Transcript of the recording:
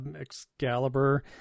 Excalibur